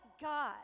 God